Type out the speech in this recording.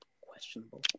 questionable